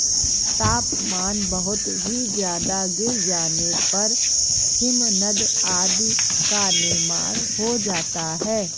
तापमान बहुत ही ज्यादा गिर जाने पर हिमनद आदि का निर्माण हो जाता है